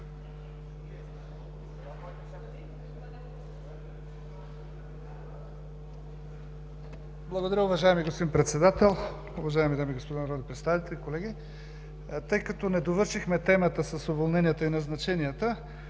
Благодаря. Уважаеми господин Председател, уважаеми дами и господа народни представители! Тъй като не довършихме темата с уволненията и назначенията,